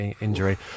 injury